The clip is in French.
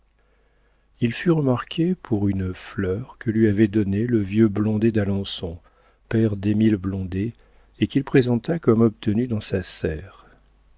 il fut remarqué pour une fleur que lui avait donnée le vieux blondet d'alençon père d'émile blondet et qu'il présenta comme obtenue dans sa serre